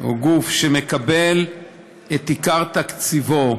או גוף שמקבל את עיקר תקציבו,